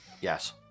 Yes